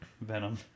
Venom